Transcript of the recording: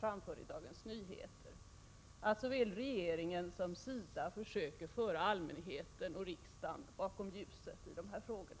framför i Dagens Nyheter, att såväl regeringen som SIDA försöker föra allmänheten och riksdagen bakom ljuset i denna fråga.